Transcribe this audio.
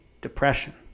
depression